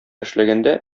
эшләгәндә